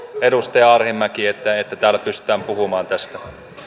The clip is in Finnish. edustaja arhinmäki että täällä pystytään puhumaan tästä